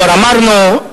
כבר אמרנו,